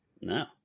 No